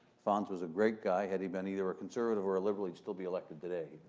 fonse was a great guy. had he been either a conservative or a liberal, he'd still be elected today,